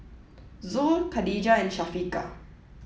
Zul Khadija and Syafiqah